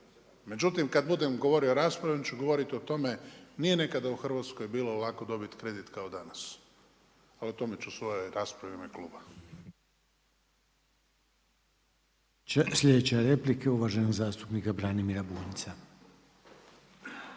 Međutim, kad budem govorio u raspravi, onda ću govoriti o tome, nije nekada u Hrvatskoj bilo lako dobiti kredit kao danas. Ali o tome ću u svojo raspravi u ime kluba. **Reiner, Željko (HDZ)** Slijedeća replika uvaženog zastupnika Branimira Bunjca.